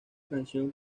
canción